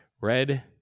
Red